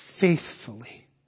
faithfully